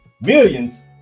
millions